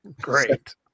Great